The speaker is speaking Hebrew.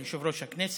של יושב-ראש הכנסת,